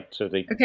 Okay